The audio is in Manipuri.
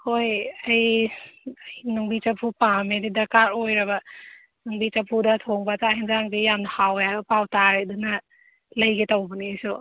ꯍꯣꯏ ꯑꯩ ꯅꯨꯡꯕꯤ ꯆꯐꯨ ꯄꯥꯝꯃꯦ ꯑꯗꯨ ꯗꯔꯀꯥꯔ ꯑꯣꯏꯔꯕ ꯅꯨꯡꯕꯤ ꯆꯐꯨꯗ ꯊꯣꯡꯕ ꯆꯥꯛ ꯌꯦꯟꯁꯥꯡꯁꯦ ꯌꯥꯝꯅ ꯍꯥꯎꯋꯦ ꯍꯥꯏꯕ ꯄꯥꯎ ꯇꯥꯔꯦ ꯑꯗꯨꯅ ꯂꯩꯒꯦ ꯇꯧꯕꯅꯤ ꯑꯩꯁꯨ